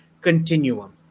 continuum